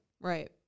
Right